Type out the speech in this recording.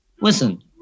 Listen